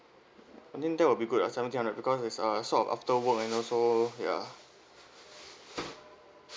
I think that will be good uh seventy hundred because it's uh sort of after work and also ya